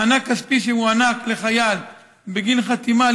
מענק כספי שהוענק לחייל בגין חתימה על